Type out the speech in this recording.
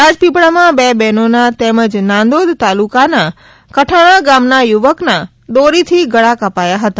રાજપીપળામાં બે બેનોના તેમજ નાંદોદ તાલુકાના કઠાણા ગામના યુવકના દોરીથી ગળા કપાયા હતા